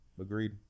agreed